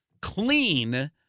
clean